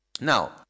Now